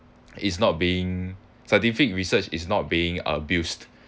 it's not being scientific research is not being abused